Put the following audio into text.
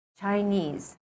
Chinese